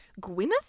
Gwyneth